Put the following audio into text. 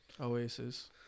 Oasis